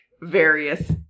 various